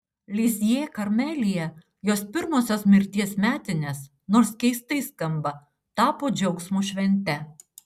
lizjė karmelyje jos pirmosios mirties metinės nors keistai skamba tapo džiaugsmo švente